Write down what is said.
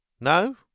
No